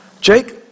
Jake